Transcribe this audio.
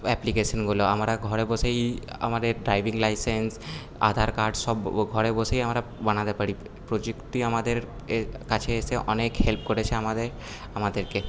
অ্যাপ্লিকেশানগুলো আমরা ঘরে বসেই আমাদের ড্রাইভিং লাইসেন্স আধার কার্ড সব ঘরে বসেই আমরা বানাতে পারি প্রযুক্তি আমাদের এ কাছে এসে অনেক হেল্প করেছে আমাদের আমাদেরকে